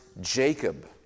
Jacob